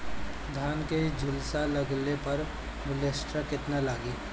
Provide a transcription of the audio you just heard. धान के झुलसा लगले पर विलेस्टरा कितना लागी?